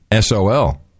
SOL